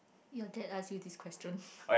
your dad asked you this question